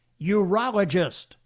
urologist